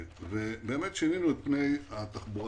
ובאמת שינינו את פני התחבורה.